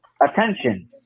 attention